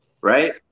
right